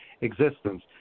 existence